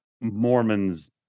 mormons